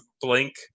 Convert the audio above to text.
Blink